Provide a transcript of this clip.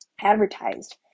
advertised